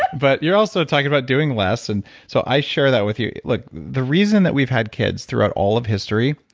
but but you're also talking about doing less, and so i share that with you. look, the reason that we've had kids throughout all of history,